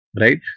right